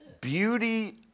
beauty